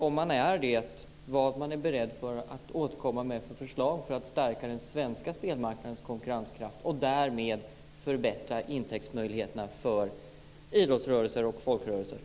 Om man är det, vad är man beredd att återkomma med för förslag för att stärka den svenska spelmarknadens konkurrenskraft och därmed förbättra intäktsmöjligheterna för idrottsrörelsen och folkrörelserna?